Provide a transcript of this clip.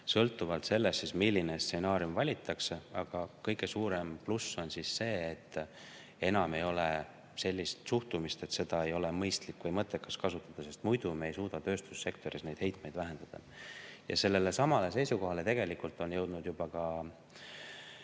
sõltuvalt sellest, milline stsenaarium valitakse, aga kõige suurem pluss on see, et enam ei ole sellist suhtumist, et seda ei ole mõistlik või mõttekas kasutada. Sest muidu me ei suuda tööstussektoris neid heitmeid vähendada. Sellelesamale seisukohale on jõudnud juba ka